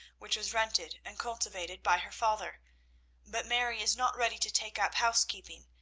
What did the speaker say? which was rented and cultivated by her father. but mary is not ready to take up housekeeping.